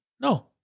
No